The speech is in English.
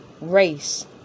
race